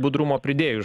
budrumo pridėjus